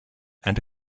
and